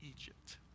Egypt